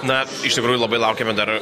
na iš tikrųjų labai laukiame dar